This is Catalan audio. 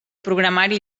programari